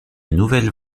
nouvelle